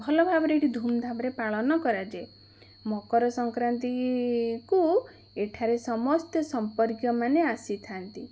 ଭଲ ଭାବରେ ଏଇଠି ଧୂମଧାମରେ ପାଳନ କରାଯାଏ ମକର ସଂକ୍ରାନ୍ତି କୁ ଏଠାରେ ସମସ୍ତେ ସମ୍ପର୍କୀୟ ମାନେ ଆସିଥାନ୍ତି